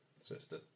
sister